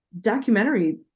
documentary